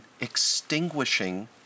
extinguishing